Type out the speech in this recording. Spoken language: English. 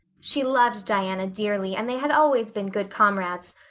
she loved diana dearly and they had always been good comrades.